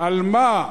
על מה?